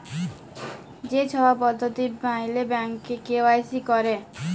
ই ছব পদ্ধতি ম্যাইলে ব্যাংকে কে.ওয়াই.সি ক্যরে